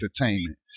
entertainment